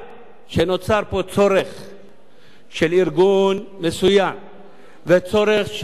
של ארגון מסוים וצורך של מפלגות לעשות על זה הון פוליטי.